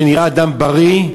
אני נראה אדם בריא,